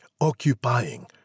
occupying